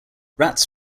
rats